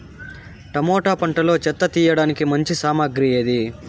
Tomato పంటలో చెత్త తీయడానికి మంచి సామగ్రి ఏది?